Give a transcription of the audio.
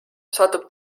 satub